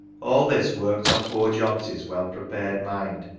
all this worked on poor johnty's well-prepared mind,